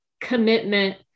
commitment